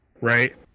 right